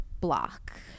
block